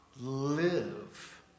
live